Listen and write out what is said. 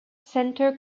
center